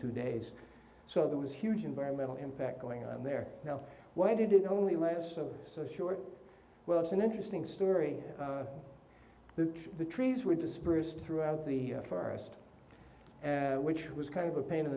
two days so that was huge environmental impact going on there now why did it only last of so short well it's an interesting story the trees were dispersed throughout the forest which was kind of a pain in